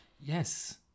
Yes